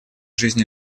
жизни